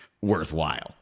worthwhile